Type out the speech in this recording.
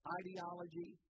ideology